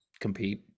compete